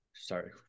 Sorry